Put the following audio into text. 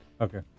Okay